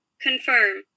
Confirm